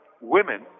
Women